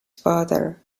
father